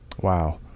Wow